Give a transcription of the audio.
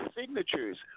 signatures